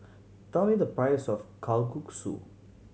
tell me the price of Kalguksu